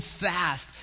fast